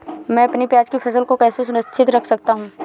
मैं अपनी प्याज की फसल को कैसे सुरक्षित रख सकता हूँ?